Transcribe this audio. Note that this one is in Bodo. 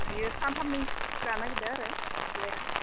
दायो सानथामनि सुटि लानो नागिरदों आरो फिसाज्लाया